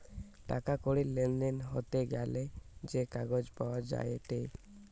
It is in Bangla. টাকা কড়ির লেনদেন হতে গ্যালে যে কাগজ পাওয়া যায়েটে